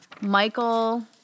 Michael